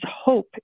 hope